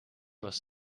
was